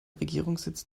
regierungssitz